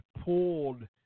pulled